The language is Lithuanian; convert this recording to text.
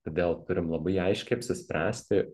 todėl turim labai aiškiai apsispręsti